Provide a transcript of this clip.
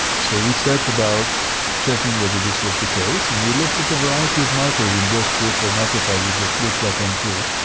so we set about checking whether this was the case, and we looked at a variety of markers in those peripheral macrophages that looked like m two,